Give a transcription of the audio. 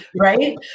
right